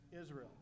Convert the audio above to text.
Israel